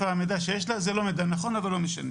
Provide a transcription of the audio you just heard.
המידע הזה שיש לה וזה לא מידע נכון אבל לא משנה.